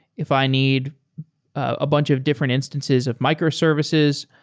if i need a bunch of different instances of microservices,